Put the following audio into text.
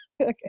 okay